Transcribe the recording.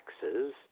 taxes